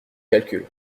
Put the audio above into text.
calcul